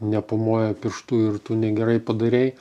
nepamoja pirštu ir tu negerai padarei